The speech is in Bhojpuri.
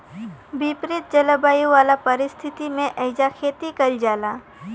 विपरित जलवायु वाला परिस्थिति में एइजा खेती कईल जाला